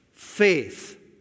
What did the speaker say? Faith